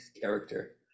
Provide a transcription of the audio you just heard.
character